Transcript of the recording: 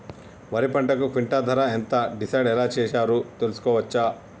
వరి పంటకు క్వింటా ధర ఎంత డిసైడ్ ఎలా చేశారు తెలుసుకోవచ్చా?